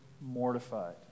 mortified